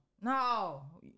No